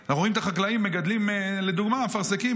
אנחנו רואים את החקלאים מגדלים למשל אפרסקים.